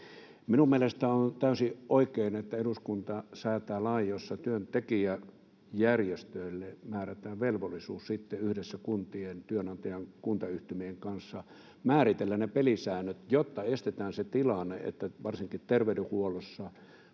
Minun mielestäni on täysin oikein, että eduskunta säätää lain, jossa työntekijäjärjestöille määrätään velvollisuus yhdessä kuntien työnantajan, kuntayhtymien kanssa määritellä pelisäännöt, jotta estetään se tilanne, että varsinkin terveydenhuollossa